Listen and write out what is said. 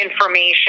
information